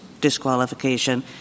disqualification